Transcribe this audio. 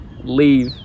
leave